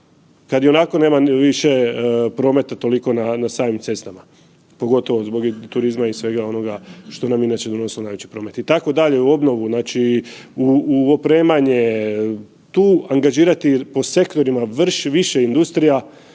kad i onako nema više prometa toliko na samim cestama pogotovo zbog turizma i svega onoga što nam je inače donosilo najveći promet. I tako dalje u obnovu znači u opremanje, tu angažirati po sektorima više industrija,